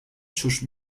sus